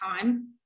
time